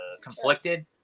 conflicted